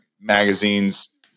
magazines